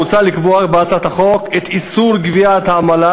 מוצע לקבוע בהצעת החוק איסור גביית עמלה